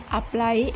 apply